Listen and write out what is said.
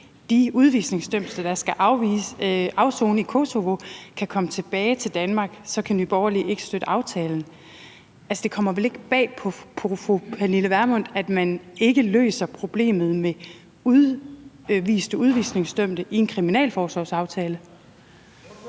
de udvisningsdømte, der skal afsone i Kosovo, kan komme tilbage til Danmark, kan Nye Borgerlige ikke støtte aftalen. Altså, det kommer vel ikke bag på fru Pernille Vermund, at man ikke løser problemet med udvisningsdømte i en kriminalforsorgsaftale?